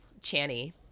Channy